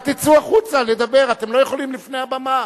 נא תצאו החוצה לדבר, אתם לא יכולים לפני הבמה.